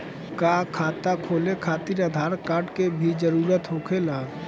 का खाता खोले खातिर आधार कार्ड के भी जरूरत होखेला?